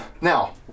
Now